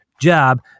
job